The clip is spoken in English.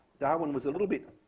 darwin was a little bit